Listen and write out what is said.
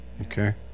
okay